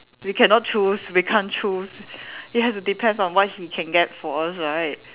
we cannot choose we can't choose it has to depends on what he can get for us right